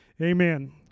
Amen